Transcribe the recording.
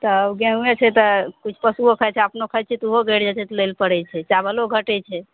तऽ ओ गेहुएँ छै तऽ किछु पशुओ खाइ छै आ अपनो खाइ छियै तऽ ओहो घटि जाइ छै तऽ लै लए पड़ै छै चाबलो घटै छै